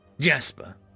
Jasper